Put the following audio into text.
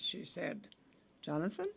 she said jonathan